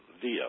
via